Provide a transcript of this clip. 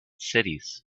cities